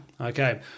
Okay